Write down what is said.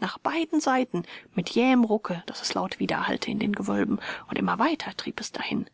nach beiden seiten mit jähem rucke daß es laut widerhallte in den gewölben und immer weiter trieb es dahin